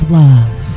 love